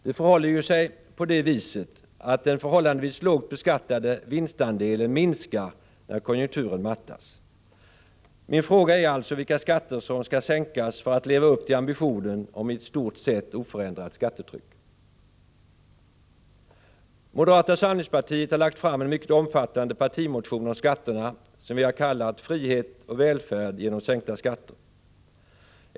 Det förhåller sig ju på det viset att den förhållandevis lågt beskattade vinstandelen minskar när konjunkturen mattas. Min fråga är alltså vilka skatter som skall sänkas för att man skall leva upp till ambitionen om ett i stort sett oförändrat skattetryck. Moderata samlingspartiet har lagt fram en mycket omfattande partimotion om skatterna som vi har kallat Frihet och välfärd genom sänkta skatter.